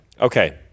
Okay